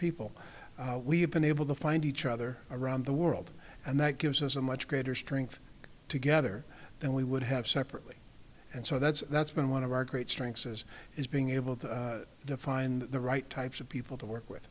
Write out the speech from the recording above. people we have been able to find each other around the world and that gives us a much greater strength together than we would have separately and so that's that's been one of our great strengths as is being able to find the right types of people to work with